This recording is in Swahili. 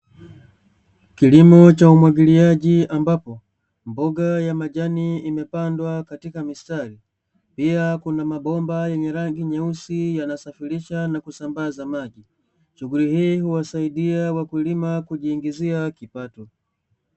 Kilimo cha umwagiliaji ambapo mboga ya majani imepandwa katika mistari, pia kuna mabomba yenye rangi nyeusi yanasafirisha na kusambaza maji, shughuli hii huwasaidia wakulima kujiingizia kipato.